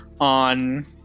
on